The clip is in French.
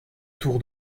tour